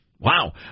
Wow